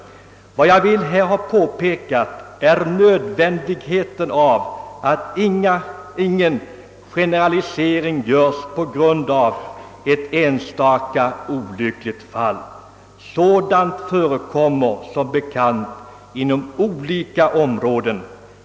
Vad jag vill påpeka är angelägenheten av att ingen generalisering görs på grund av ett enstaka olyckligt fall. Sådana förekommer som bekant inom många olika områden.